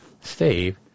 Steve